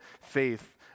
faith